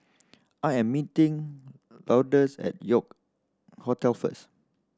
I am meeting Lourdes at York Hotel first